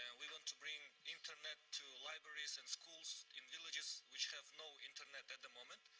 we want to bring internet to libraries and schools in villages which have no internet at the moment.